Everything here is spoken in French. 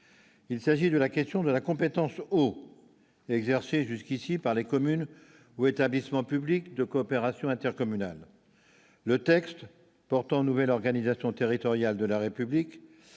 il s'agit de la question de la compétence au exercé jusqu'ici par les communes ou établissements publics de coopération intercommunale, le texte portant nouvelle organisation territoriale de la République